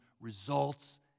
results